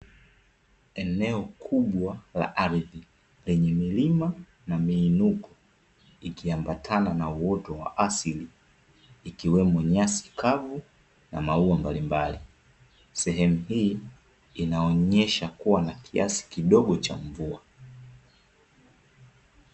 Eneo kubwa la ardhi, lenye milima na miinuko, ikiambatana na uoto wa asili ikiwemo nyasi kavu na maua mbalimbali. Sehemu hii inaonyesha kuwa na kiasi kidogo cha mvua.